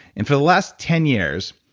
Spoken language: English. and for the last ten years,